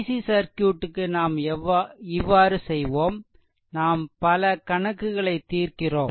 C சர்க்யூட்க்கு நாம் இவ்வாறு செய்வோம் நாம் பல கணக்குகளை தீர்க்கிறோம்